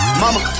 mama